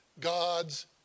God's